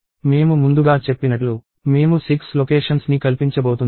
మేము ముందుగా చెప్పినట్లు మేము 6 లొకేషన్స్ ని కల్పించబోతున్నాము